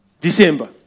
December